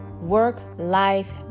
work-life